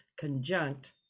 conjunct